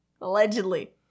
Allegedly